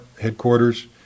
headquarters